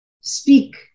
speak